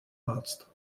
arzt